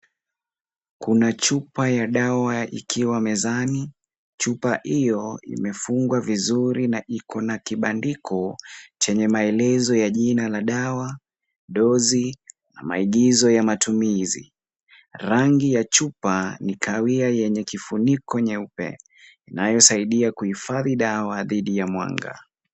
Kuna chupa ya dawa ikiwa mezani. Chupa hiyo imefungwa vizuri na iko na kibandiko chenye maelezo ya jina la dawa, dozi na maagizo ya matumizi. Rangi ya chupa ni kawia yenye kifuniko nyeupe inayosaidia kuhifadhi dawa dhidi ya mwanga.